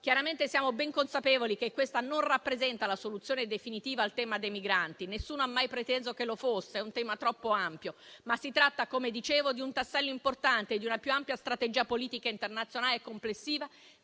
fondamentali. Siamo ben consapevoli che questa non rappresenta la soluzione definitiva al tema dei migranti. Nessuno ha mai preteso che lo fosse, è un tema troppo ampio, ma si tratta, come dicevo, di un tassello importante di una più ampia strategia politica, internazionale e complessiva